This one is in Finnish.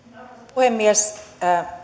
puhemies